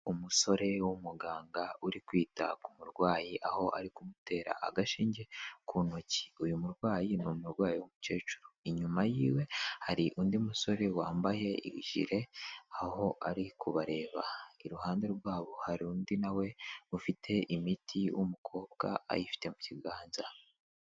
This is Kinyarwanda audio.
Umusore w'umuganga uri kwita ku murwayi, aho ari kumutera agashinge ku ntoki, uyu murwayi ni umurwayi w'umukecuru, inyuma yiwe hari undi musore wambaye ijire aho ari kubareba. Iruhande rwabo hari undi na we ufite imiti w'umukobwa ayifite mu kiganza.